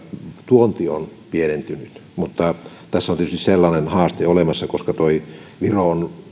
tuonti on pienentynyt mutta tässä on tietysti sellainen haaste olemassa koska viro on